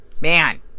Man